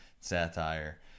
satire